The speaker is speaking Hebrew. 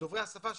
דוברי השפה,